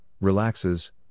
relaxes